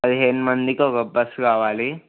పదిహేను మందికి ఒక బస్సు కావాలి